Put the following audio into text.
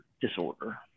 disorder